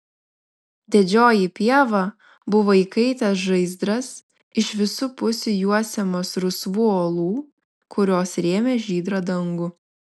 didžioji pieva buvo įkaitęs žaizdras iš visų pusių juosiamas rusvų uolų kurios rėmė žydrą dangų